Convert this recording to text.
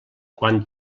quan